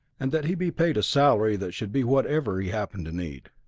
and that he be paid a salary that should be whatever he happened to need.